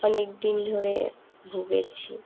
অনেক দিন ধরে ভুগেছি